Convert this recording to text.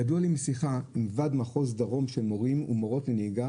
ידוע לי משיחה עם ועד מחוז דרום של מורים ומורות לנהיגה